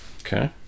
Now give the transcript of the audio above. Okay